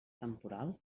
temporal